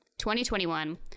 2021